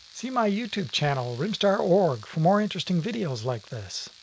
see my youtube channel, rimstarorg for more interesting videos like this.